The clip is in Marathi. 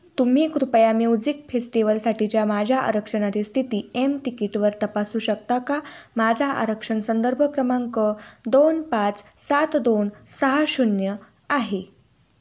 तुम्ही कृपया म्युझिक फेस्टिवलसाठीच्या माझ्या आरक्षणाची स्थिती एम तिकीटवर तपासू शकता का माझा आरक्षण संदर्भ क्रमांक दोन पाच सात दोन सहा शून्य आहे